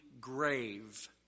grave